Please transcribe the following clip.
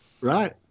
Right